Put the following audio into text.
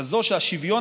כזאת שהשוויון,